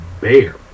bear